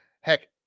Heck